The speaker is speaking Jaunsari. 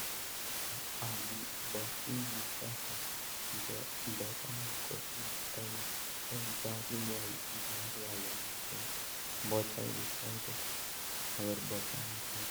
तेतब आदमी बोची नोटा सोकन। अर जे बचनु की कर्डे जोस फुजी आउ बचांदे तो बोंच भी साकु ते।